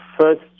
first